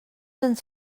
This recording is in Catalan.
ens